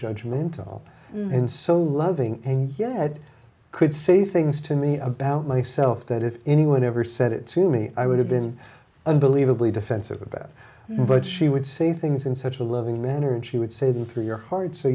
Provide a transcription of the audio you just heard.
judgment at all and so loving and yet could say things to me about myself that if anyone ever said it to me i would have been unbelievably defensive about it but she would say things in such a loving manner and she would say them through your heart so